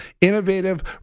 innovative